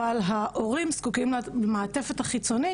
אבל ההורים זקוקים למעטפת החיצונית